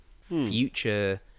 future